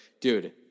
dude